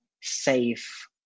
safe